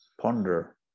ponder